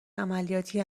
عملیاتی